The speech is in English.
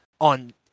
on